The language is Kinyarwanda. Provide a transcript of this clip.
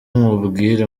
nkubwire